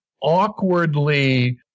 awkwardly